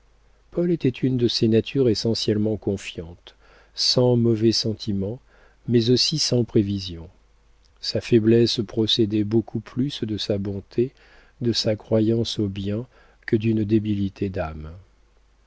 paul était une de ces natures essentiellement confiantes sans mauvais sentiments mais aussi sans prévisions sa faiblesse procédait beaucoup plus de sa bonté de sa croyance au bien que d'une débilité d'âme